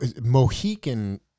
mohican